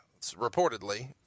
reportedly